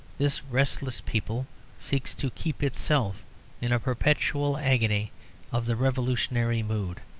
this restless people seeks to keep itself in a perpetual agony of the revolutionary mood.